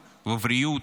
בבריאות,